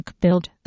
build